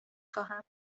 خواهم